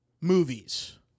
movies